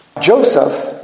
Joseph